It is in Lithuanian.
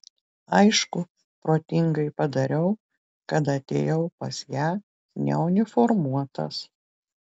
aišku protingai padariau kad atėjau pas ją neuniformuotas